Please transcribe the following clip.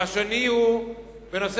והשני הוא חינוך.